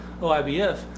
OIBF